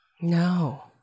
no